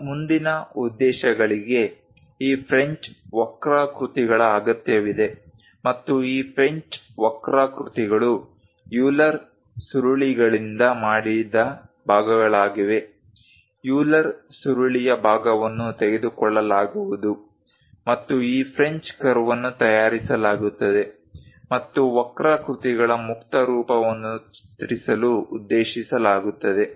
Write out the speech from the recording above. ನಮ್ಮ ಮುಂದಿನ ಉದ್ದೇಶಗಳಿಗೆ ಈ ಫ್ರೆಂಚ್ ವಕ್ರಾಕೃತಿಗಳ ಅಗತ್ಯವಿದೆ ಮತ್ತು ಈ ಫ್ರೆಂಚ್ ವಕ್ರಾಕೃತಿಗಳು ಯೂಲರ್ ಸುರುಳಿಗಳಿಂದ ಮಾಡಿದ ಭಾಗಗಳಾಗಿವೆ ಯೂಲರ್ ಸುರುಳಿಯ ಭಾಗವನ್ನು ತೆಗೆದುಕೊಳ್ಳಲಾಗುವುದು ಮತ್ತು ಈ ಫ್ರೆಂಚ್ ಕರ್ವ್ ಅನ್ನು ತಯಾರಿಸಲಾಗುತ್ತದೆ ಮತ್ತು ವಕ್ರಾಕೃತಿಗಳ ಮುಕ್ತ ರೂಪವನ್ನು ಚಿತ್ರಿಸಲು ಉದ್ದೇಶಿಸಲಾಗುತ್ತದೆ